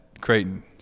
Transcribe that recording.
Creighton